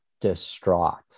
distraught